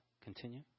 Continue